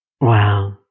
Wow